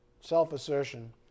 Self-assertion